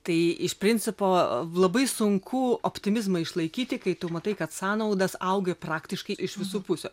tai iš principo labai sunku optimizmą išlaikyti kai tu matai kad sąnaudos auga praktiškai iš visų pusių